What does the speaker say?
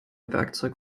werkzeug